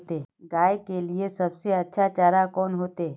गाय के लिए सबसे अच्छा चारा कौन होते?